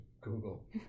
Google